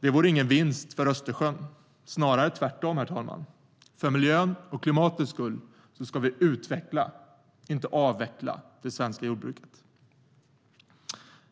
Det vore ingen vinst för Östersjön, snarare tvärtom. För miljöns och klimatets skull ska vi utveckla, inte avveckla, det svenska jordbruket.